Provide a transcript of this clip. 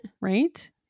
right